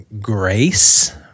grace